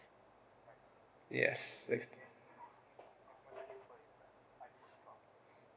yes six